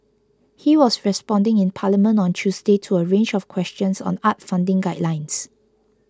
he was responding in Parliament on Tuesday to a range of questions on arts funding guidelines